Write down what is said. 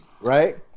right